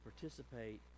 participate